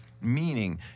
Meaning